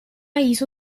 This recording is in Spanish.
hizo